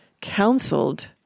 counseled